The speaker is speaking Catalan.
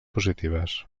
positives